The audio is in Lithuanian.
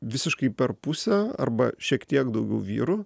visiškai per pusę arba šiek tiek daugiau vyrų